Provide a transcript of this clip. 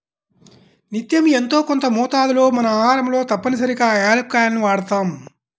నిత్యం యెంతో కొంత మోతాదులో మన ఆహారంలో తప్పనిసరిగా యాలుక్కాయాలను వాడతాం